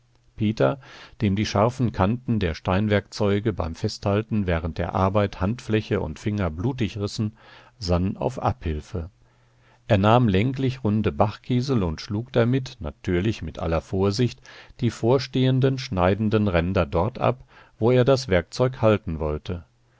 peter dem die scharfen kanten der steinwerkzeuge beim festhalten während der arbeit handfläche und finger blutig rissen sann auf abhilfe er nahm länglichrunde bachkiesel und schlug damit natürlich mit aller vorsicht die vorstehenden schneidenden ränder dort ab wo er das werkzeug halten wollte